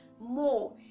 more